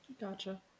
Gotcha